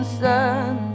sun